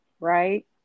Right